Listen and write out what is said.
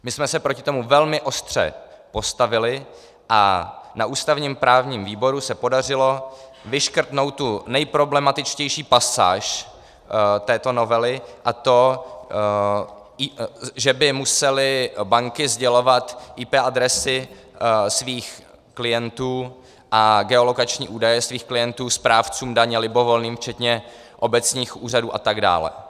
My jsme se proti tomu velmi ostře postavili a na ústavněprávním výboru se podařilo vyškrtnout tu nejproblematičtější pasáž této novely, a to že by musely banky sdělovat IP adresy svých klientů a geolokační údaje svých klientů libovolným správcům daně včetně obecních úřadů atd.